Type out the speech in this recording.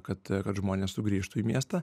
kad kad žmonės sugrįžtų į miestą